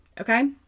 okay